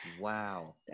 Wow